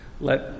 Let